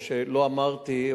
או שלא אמרתי,